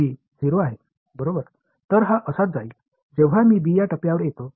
எனவே நான் இங்கிருந்து தொடங்கும் போது இந்த செயல்பாடு பார்ப்பதற்கு b 0 போல இருக்கும்